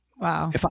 Wow